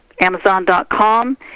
Amazon.com